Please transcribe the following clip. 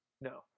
no